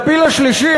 לפיל השלישי,